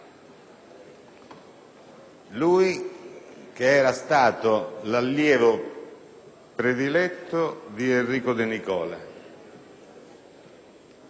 lui, che era stato l'allievo prediletto di Enrico De Nicola.